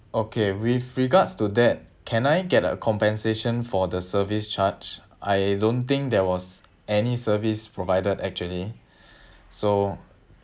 okay with regards to that can I get a compensation for the service charge I don't think there was any service provided actually so